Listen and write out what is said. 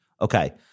Okay